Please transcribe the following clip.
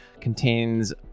contains